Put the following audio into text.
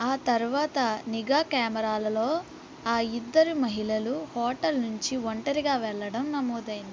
ఆ తర్వాత నిఘా కెమెరాల్లో ఆ ఇద్దరు మహిళలు హోటల్ నుంచి ఒంటరిగా వెళ్లడం నమోదైంది